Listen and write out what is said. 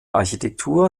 architektur